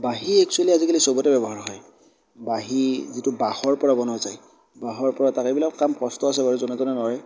বাঁহী একচুৱেলি আজিকালি চবতে ব্যৱহাৰ হয় বাঁহী যিটো বাঁহৰ পৰা বনোৱা যায় বাঁহৰ পৰা তাৰ এইবিলাক কামৰ কষ্ট আছে বাৰু যোনে তোনে নোৱাৰে